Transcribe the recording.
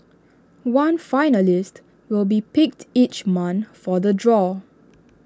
one finalist will be picked each month for the draw